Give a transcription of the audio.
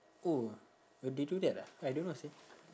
oh uh they do that ah I don't know sia